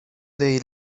del